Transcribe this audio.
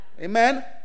Amen